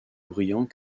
bruyants